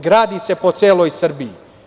Gradi se po celoj Srbiji.